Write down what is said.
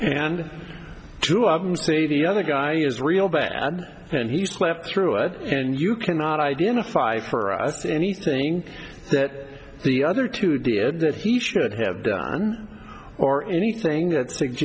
and two of them say the other guy is real bad and he slept through it and you cannot identify for us anything that the other two did that he should have done or anything that